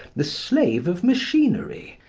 the slave of machinery,